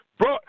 bro